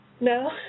No